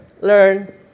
learn